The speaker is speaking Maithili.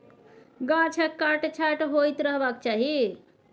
गाछक काट छांट होइत रहबाक चाही